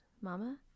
Mama